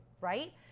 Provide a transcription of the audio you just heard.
right